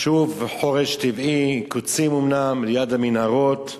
שוב חורש טבעי, קוצים אומנם, ליד המנהרות.